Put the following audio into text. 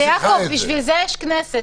יעקב, בשביל זה יש כנסת.